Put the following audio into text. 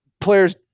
players